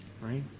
right